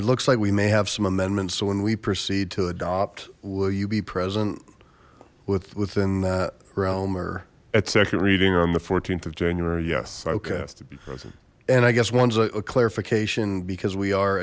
it looks like we may have some amendments so when we proceed to adopt will you be present with within that realm or at second reading on the th of january yes okay and i guess one's a clarification because we are